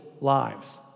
lives